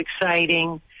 exciting